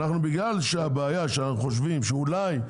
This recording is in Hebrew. בגלל הבעיה שאנחנו חושבים שאולי,